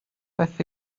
beth